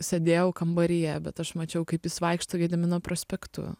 sėdėjau kambaryje bet aš mačiau kaip jis vaikšto gedimino prospektu